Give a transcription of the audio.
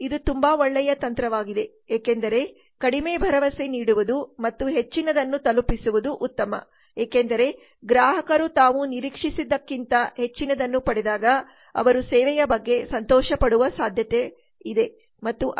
ಇದು ತುಂಬಾ ಒಳ್ಳೆಯ ತಂತ್ರವಾಗಿದೆ ಏಕೆಂದರೆ ಕಡಿಮೆ ಭರವಸೆ ನೀಡುವುದು ಮತ್ತು ಹೆಚ್ಚಿನದನ್ನು ತಲುಪಿಸುವುದು ಉತ್ತಮ ಏಕೆಂದರೆ ಗ್ರಾಹಕರು ತಾವು ನಿರೀಕ್ಷಿಸಿದ್ದಕ್ಕಿಂತ ಹೆಚ್ಚಿನದನ್ನು ಪಡೆದಾಗ ಅವರು ಸೇವೆಯ ಬಗ್ಗೆ ಸಂತೋಷಪಡುವ ಸಾಧ್ಯತೆಯಿದೆ ಮತ್ತು ಅಂತಿಮವಾಗಿ ಸಮರ್ಪಕವಾಗಿರುತ್ತದೆ